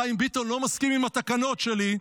חיים ביטון לא מסכים עם התקנות שלי,